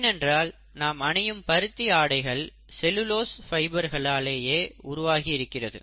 ஏனென்றால் நாம் அணியும் பருத்தி ஆடைகள் செலுலோஸ் ஃபைபராலேயே உருவாகி இருக்கிறது